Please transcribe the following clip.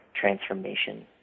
transformation